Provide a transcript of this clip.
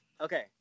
Okay